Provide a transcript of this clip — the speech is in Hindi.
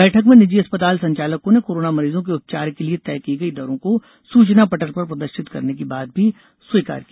बैठक में निजी अस्पताल संचालकों ने कोरोना मरीजों के उपचार के लिये तय की गई दरों को सुचना पटल पर प्रदर्शित करने की बात भी स्वीकार की